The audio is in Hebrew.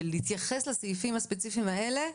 להתייחס לסעיפים הספציפיים האלה,